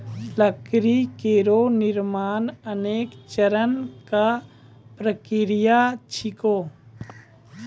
लकड़ी केरो निर्माण अनेक चरण क प्रक्रिया छिकै